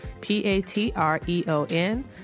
P-A-T-R-E-O-N